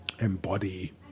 embody